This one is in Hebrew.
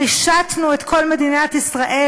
רישתנו את כל מדינת ישראל